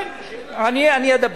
כן, אני אדבר.